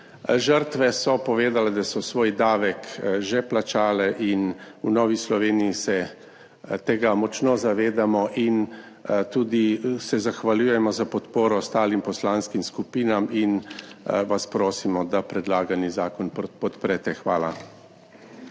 Žrtve so povedale, da so svoj davek že plačale. V Novi Sloveniji se tega močno zavedamo in se tudi zahvaljujemo za podporo ostalim poslanskim skupinam in vas prosimo, da predlagani zakon podprete. Hvala.